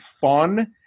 fun